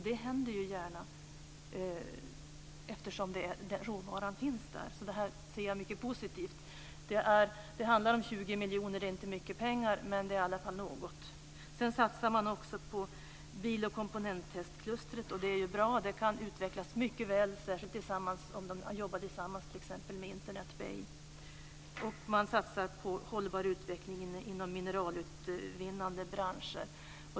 Det händer ju också, eftersom råvaran finns där. Jag ser mycket positivt på detta. Det handlar om 20 miljoner. Det är inte mycket pengar, men det är i alla fall något. Man satsar också på bil och komponenttestklustret, och det är bra. Det kan utvecklas mycket, särskilt om man arbetar tillsammans t.ex. med Internet Bay. Man satsar också på hållbar utveckling inom mineralutvinnande branscher.